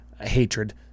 hatred